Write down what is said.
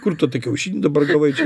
kur tu tą kiaušinį dabar gavai čia